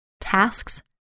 tasks